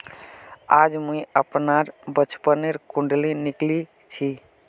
आज मुई अपनार बचपनोर कुण्डली निकली छी